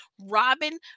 robin